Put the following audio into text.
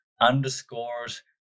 underscores